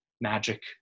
magic